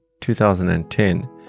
2010